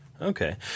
Okay